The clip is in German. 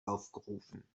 aufgerufen